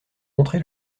montré